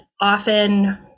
often